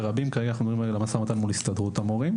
כרגע אנחנו מדברים על המשא ומתן מול הסתדרות המורים,